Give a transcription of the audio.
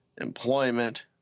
employment